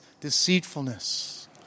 deceitfulness